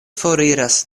foriras